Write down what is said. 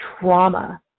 trauma